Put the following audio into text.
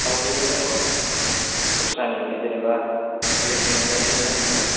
आउटनिबो दङ दस्रानि जेनेबा कलेजनि अनगायै दस्रानिबो दं